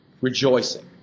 Rejoicing